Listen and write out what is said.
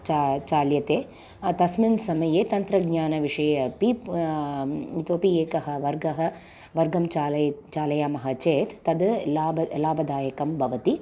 चा चाल्यते तस्मिन् समये तन्त्रज्ञानविषये अपि इतोपि एकः वर्गः वर्गं चालयि चालयामः चेत् तद् लाभ लाभदायकं भवति